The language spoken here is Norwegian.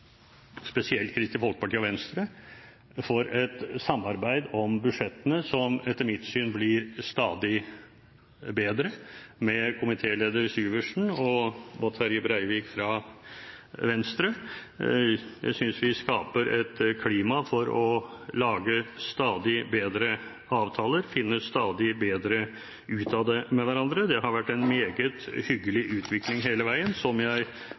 spesielt Kristelig Folkeparti og Venstre for et samarbeid om budsjettene som etter mitt syn blir stadig bedre, med komitéleder Syversen og Terje Breivik fra Venstre. Jeg synes vi skaper et klima for å lage stadig bedre avtaler, vi finner stadig bedre ut av det med hverandre. Det har vært en meget hyggelig utvikling hele veien, som jeg